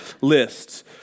lists